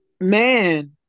man